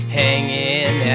hanging